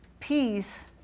Peace